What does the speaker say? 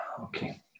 Okay